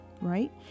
right